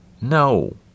No